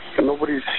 Nobody's